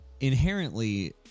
Inherently